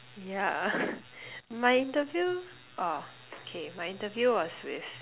yeah my interview oh okay my interview was with